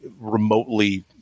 remotely